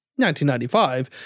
1995